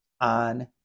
on